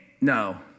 no